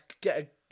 get